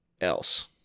else